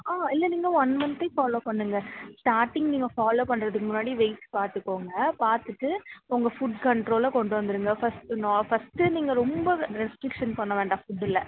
ஆ இல்லை நீங்கள் ஒன் மன்த்தே ஃபாலோ பண்ணுங்க ஸ்டார்ட்டிங் நீங்கள் ஃபாலோ பண்ணுறதுக்கு முன்னாடி வெயிட் பார்த்துக்கோங்க பார்த்துட்டு உங்க ஃபுட் கண்ட்ரோலை கொண்டு வந்துவிடுங்க ஃபர்ஸ்ட்டு நா ஃபர்ஸ்ட்டே நீங்கள் ரொம்ப ரெஸ்டிரிக்ஷன் பண்ண வேண்டாம் ஃபுட்டில்